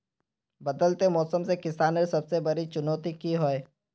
बदलते मौसम से किसानेर सबसे बड़ी चुनौती की होय?